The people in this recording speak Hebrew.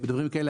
ודברים כאלה,